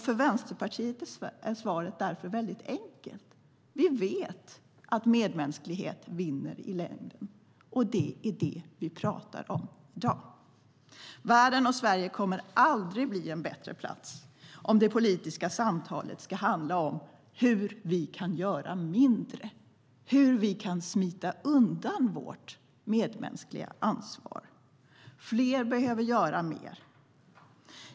För Vänsterpartiet är svaret därför enkelt: Vi vet att medmänsklighet vinner i längden, och det är det vi pratar om i dag. Världen och Sverige kommer aldrig att bli en bättre plats om det politiska samtalet ska handla om hur vi kan göra mindre, hur vi kan smita undan vårt medmänskliga ansvar. Fler behöver göra mer.